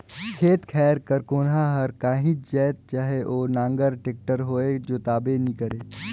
खेत खाएर कर कोनहा हर काहीच जाएत चहे ओ नांगर, टेक्टर होए जोताबे नी करे